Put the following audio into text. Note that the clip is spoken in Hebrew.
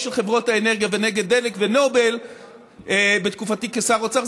של חברות האנרגיה ונגד דלק ונובל בתקופתי כשר האוצר.